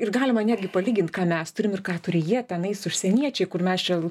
ir galima netgi palygint ką mes turim ir ką turi jie tenais užsieniečiai kur mes čia